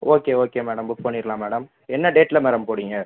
okay okay okay madam book பண்ணிடலாம் madam என்ன டேட்டில் மேடம் போகிறிங்க